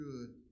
good